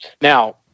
Now